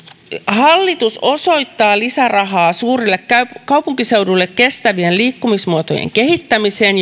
hallitus osoittaa lisärahaa suurille kaupunkiseuduille kestävien liikkumismuotojen kehittämiseen